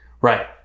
Right